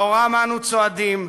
לאורם אנו צועדים,